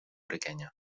riquenya